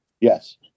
Yes